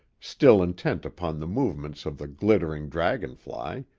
still intent upon the movements of the glittering dragonfly,